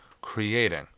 creating